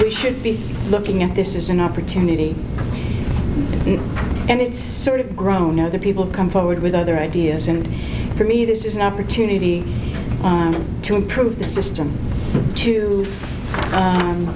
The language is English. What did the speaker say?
we should be looking at this is an opportunity and it's sort of grown now that people come forward with their ideas and for me this is an opportunity to improve the system to